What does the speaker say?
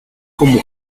como